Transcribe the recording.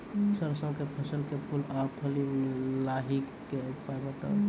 सरसों के फसल के फूल आ फली मे लाहीक के उपाय बताऊ?